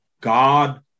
God